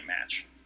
match